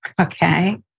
okay